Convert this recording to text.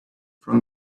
from